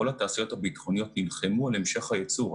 כל התעשיות הביטחוניות נלחמו על המשך הייצור,